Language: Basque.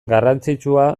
garrantzitsua